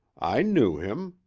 i knew him.